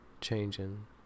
Changing